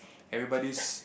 everybody's